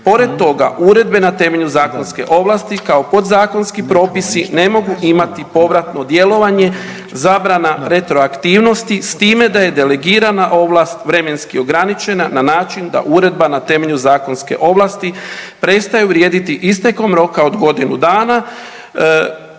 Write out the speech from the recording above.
Pored toga uredbe na temelju zakonske ovlasti kao podzakonski propisi ne mogu imati povratno djelovanje, zabrana retroaktivnosti s time da je delegirana ovlast vremenski ograničena na način da uredba na temelju zakonske ovlasti prestaju vrijediti istekom roka od godinu dana